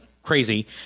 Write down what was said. crazy